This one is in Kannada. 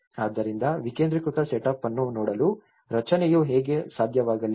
ಆದ್ದರಿಂದ ವಿಕೇಂದ್ರೀಕೃತ ಸೆಟಪ್ ಅನ್ನು ನೋಡಲು ರಚನೆಯು ಹೇಗೆ ಸಾಧ್ಯವಾಗಲಿಲ್ಲ